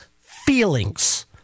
feelings